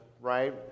right